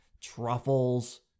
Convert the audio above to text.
truffles